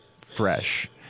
fresh